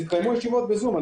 יתקיימו ישיבות ב-זום.